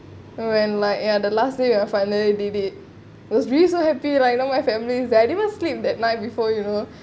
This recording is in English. when like ya the last day when your finally did it was really so happy like my family I didn't even sleep that night before you know